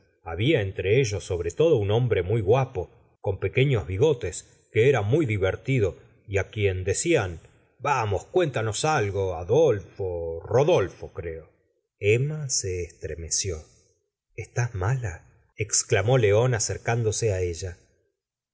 había entre ellos sobre todo un hombre muy guapo con pe queños bigotes que era muy divertido y á quien decían cvamos cuéntanos algo adolfo rodolfo creo emma se estremeció estás mala exclamó león aeercándose á ella